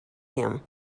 him